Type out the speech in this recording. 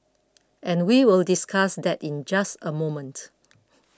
and we will discuss that in just a moment